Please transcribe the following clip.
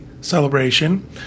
celebration